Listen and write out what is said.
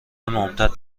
ممتد